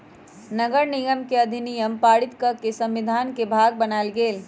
नगरनिगम अधिनियम पारित कऽ के संविधान के भाग बनायल गेल